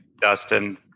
Dustin